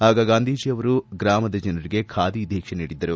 ಆಗ ಗಾಂಧೀಜಿಯವರು ಗ್ರಾಮದ ಜನರಿಗೆ ಖಾದಿ ಧೀಕ್ಷೆ ನೀಡಿದ್ದರು